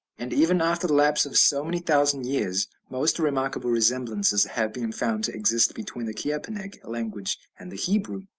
and even after the lapse of so many thousand years most remarkable resemblances have been found to exist between the chiapenec language and the hebrew,